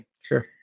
Sure